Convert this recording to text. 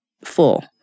full